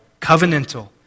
covenantal